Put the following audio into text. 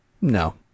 No